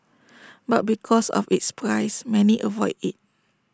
but because of its price many avoid IT